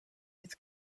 its